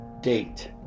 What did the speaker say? date